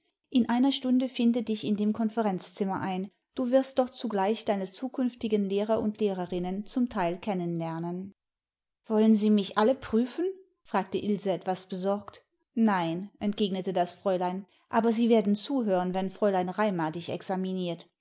in einer stunde finde dich in dem konferenzzimmer ein du wirst dort zugleich deine zukünftigen lehrer und lehrerinnen zum teil kennen lernen wollen sie mich alle prüfen fragte ilse etwas besorgt nein entgegnete das fräulein aber sie werden zuhören wenn fräulein raimar dich examiniert